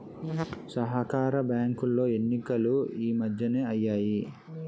సహకార బ్యాంకులో ఎన్నికలు ఈ మధ్యనే అయ్యాయి